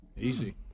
Easy